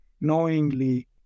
knowingly